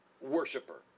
worshiper